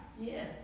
Yes